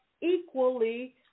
equally